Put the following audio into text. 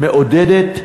מעודדת,